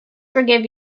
forgive